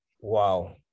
wow